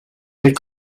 des